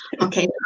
Okay